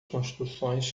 construções